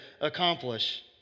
accomplish